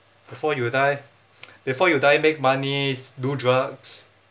before you die before you die make moneys do drugs